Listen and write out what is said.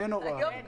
אין הוראה.